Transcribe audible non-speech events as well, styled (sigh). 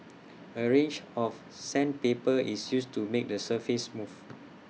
(noise) A range of sandpaper is used to make the surface smooth